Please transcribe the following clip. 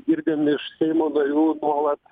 girdim iš seimo narių nuolat